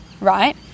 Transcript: right